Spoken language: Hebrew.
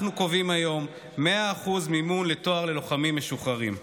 אנחנו קובעים היום 100% מימון לתואר ללוחמים משוחררים.